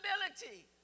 responsibility